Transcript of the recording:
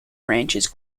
ranchers